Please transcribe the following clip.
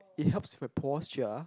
it helps my posture